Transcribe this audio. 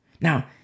Now